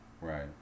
Right